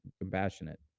compassionate